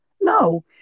No